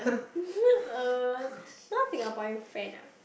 uh non Singaporean friend ah